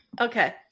Okay